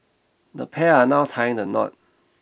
the pair are now tying the knot